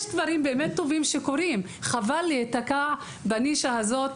יש דברים טובים שקורים וחבל להיתקע בנישה הזאת.